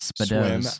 Swim